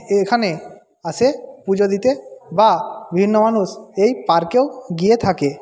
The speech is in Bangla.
এখানে আসে পুজো দিতে বা বিভিন্ন মানুষ এই পার্কেও গিয়ে থাকে